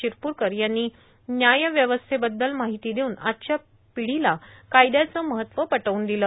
शिरपूरकर यांनी न्यायव्यवस्थेबद्दल माहिती देऊन आजच्या पिढीला कायद्याचे महत्व पटवून दिले